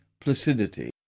placidity